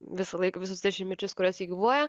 visąlaik visus dešimtmečius kuriuos ji gyvuoja